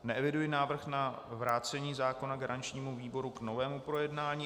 Neeviduji návrh na vrácení zákona garančnímu výboru k novému projednání.